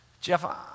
Jeff